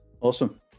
Awesome